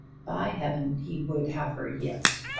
by heaven, he would have her yet!